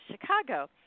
Chicago